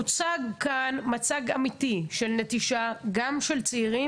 הוצג כאן מצג אמיתי של נטישה גם של צעירים